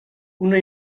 una